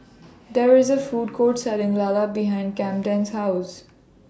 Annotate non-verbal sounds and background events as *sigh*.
*noise* There IS A Food Court Selling Lala behind Kamden's House